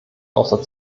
außer